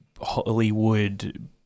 hollywood